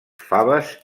faves